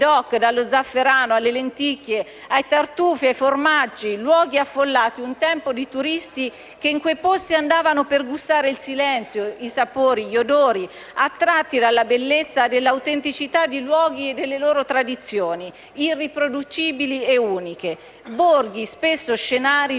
DOC (dallo zafferano, alle lenticchie, ai tartufi, ai formaggi), di luoghi un tempo affollati di turisti che in quei posti andavano per gustare il silenzio, i sapori e gli odori, attratti dalla bellezza dell'autenticità dei luoghi e delle loro tradizioni irriproducibili e uniche. Sono borghi che spesso sono stati